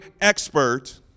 expert